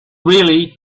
really